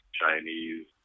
Chinese